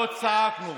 לא צעקנו,